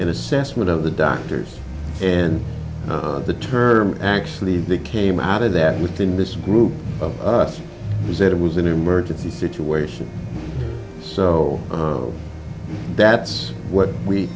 an assessment of the doctors and the term actually that came out of that within this group of us who said it was an emergency situation so that's what we